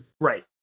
Right